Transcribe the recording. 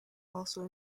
also